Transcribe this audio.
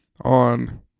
on